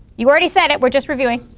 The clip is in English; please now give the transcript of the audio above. you already said it, we're just reviewing.